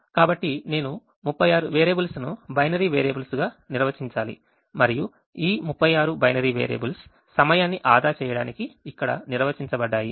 కాబట్టి నేను 36 వేరియబుల్స్ ను బైనరీ వేరియబుల్స్ గా నిర్వచించాలి మరియు ఈ 36 బైనరీ వేరియబుల్స్ సమయాన్ని ఆదా చేయడానికి ఇక్కడ నిర్వచించబడ్డాయి